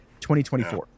2024